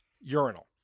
urinal